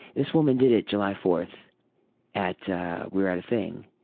this woman did it july fourth at. we were at a thing.